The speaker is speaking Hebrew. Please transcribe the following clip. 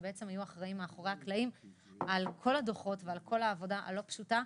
שהיו אחראים מאחורי הקלעים על כל הדוחות ועל כל העבודה הלא פשוטה.